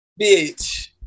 bitch